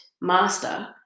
Master